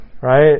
right